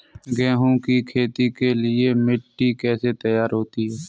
गेहूँ की खेती के लिए मिट्टी कैसे तैयार होती है?